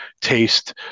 taste